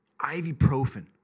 ibuprofen